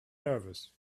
nervous